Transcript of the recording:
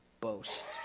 boast